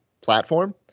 platform